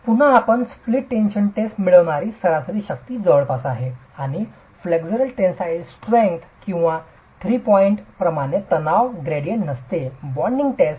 पुन्हा आपणास split tension test मिळणारी सरासरी शक्ती जवळपास आहे आणि फ्लेक्सरल टेनसाईल स्ट्रेंग्थ किंवा थ्रीपॉवीट प्रमाणे तणाव ग्रेडियंट नसते बेंडिंग चाचणी